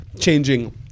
changing